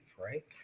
right